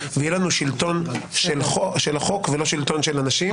ויהיה לנו שלטון של החוק ולא שלטון של אנשים,